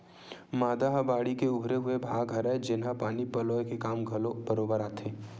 मांदा ह बाड़ी के उभरे हुए भाग हरय, जेनहा पानी पलोय के काम घलो बरोबर आथे